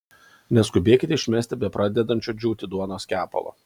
neskubėkite išmesti bepradedančio džiūti duonos kepalo